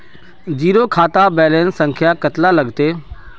Zero खाता balance संख्या कतला लगते?